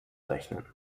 rechnen